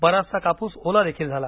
बराचसा कापुस ओला देखील झाला